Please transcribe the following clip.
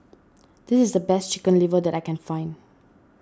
this is the best Chicken Liver that I can find